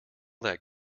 that